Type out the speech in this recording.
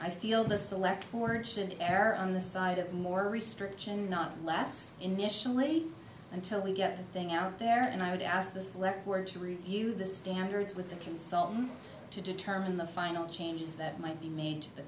i feel the select board should err on the side of more restriction not less initially until we get the thing out there and i would ask the select were to review the standards with the consultant to determine the final changes that might be made to the